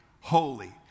holy